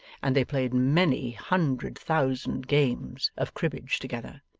and they played many hundred thousand games of cribbage together.